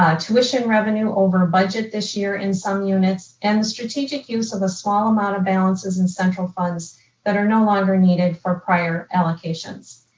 ah tuition revenue over-budget this year in some units and the strategic use of a small amount of balances in central funds that are no longer needed for prior allocations.